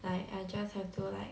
like I just have to like